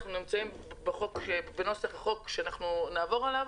אנחנו בנוסח החוק שנעבור עליו.